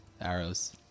arrows